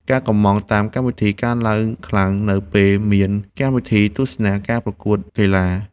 ការកុម្ម៉ង់តាមកម្មវិធី កើនឡើងខ្លាំងនៅពេលមានកម្មវិធីទស្សនាការប្រកួតកីឡា។